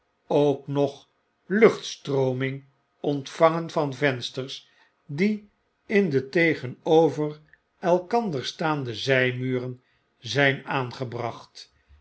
ook nog luchtstrooming ontvangen van vensters die in de tegenover elkander staande zy muren zyn aangebracht